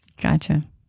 Gotcha